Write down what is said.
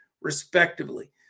respectively